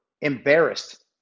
embarrassed